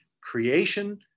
creation